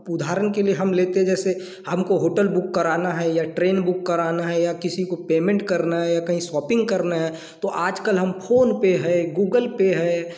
उदाहरण के लिए हम लेते हैं जैसे हमको होटल बुक कराना है या ट्रैन बुक कराना है या किसी को पेमेंट करना है या कहीं सोपिंग करना है तो आजकल हम फोनपे है गूगल पे है